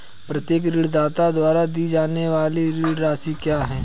प्रत्येक ऋणदाता द्वारा दी जाने वाली ऋण राशि क्या है?